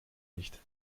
nicht